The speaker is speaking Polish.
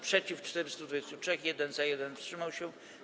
Przeciw - 423, 1 - za, 1 wstrzymał się.